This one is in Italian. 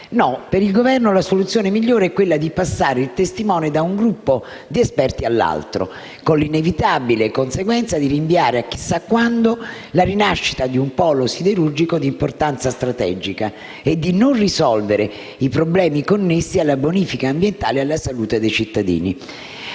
No, per il Governo la soluzione migliore è quella di passare il testimone da un gruppo di esperti all'altro, con l'inevitabile conseguenza di rinviare a chissà quando la rinascita di un polo siderurgico di importanza strategica e di non risolvere i problemi connessi alla bonifica ambientale e alla salute dei cittadini.